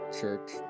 Church